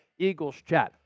EaglesChat